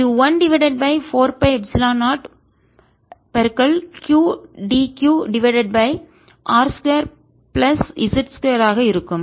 இது 1 divided by 4 pi epsilon 0 qdq divided by r 2 plus z 2 ஆக இருக்கும்